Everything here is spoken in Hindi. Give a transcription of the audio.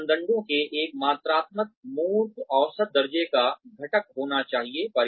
इन मानदंडों के एक मात्रात्मक मूर्त औसत दर्जे का घटक होना चाहिए